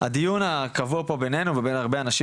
הדיון הקבוע פה ביננו ובין הרבה אנשים